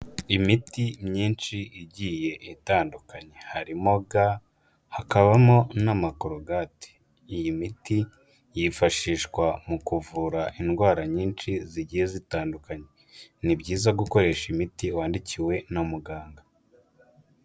Imiti myinshi igiye itandukanye. Harimo ga, hakabamo n'amakorogate. Iyi miti yifashishwa mu kuvura indwara nyinshi zigiye zitandukanye. Ni byiza gukoresha imiti wandikiwe na muganga.